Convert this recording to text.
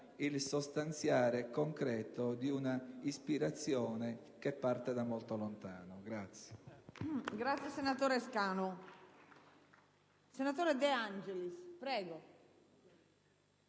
il sostanziare concreto di un'ispirazione che parte da molto lontano.